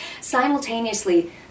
simultaneously